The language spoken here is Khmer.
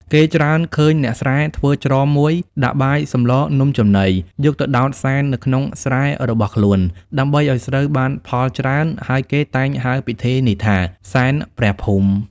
គេច្រើនឃើញអ្នកស្រែធ្វើច្រម១ ដាក់បាយ សម្ល នំចំណី យកទៅដោតសែននៅក្នុងស្រែរបស់ ខ្លួន ដើម្បីឲ្យស្រូវបានផលច្រើន ហើយគេតែងហៅពិធីនេះថា “សែនព្រះភូមិ” ។